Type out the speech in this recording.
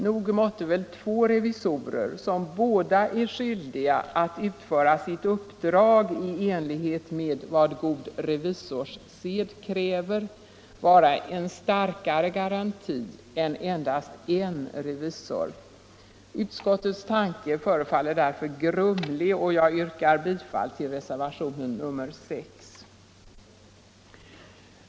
Nog måste väl två revisorer, som båda är skyldiga att utföra sitt uppdrag i enlighet med vad god revisorssed kräver, vara en starkare garanti än endast en revisor. Utskottets tanke förefaller därför grumlig. Jag yrkar bifall till reservation nr 6.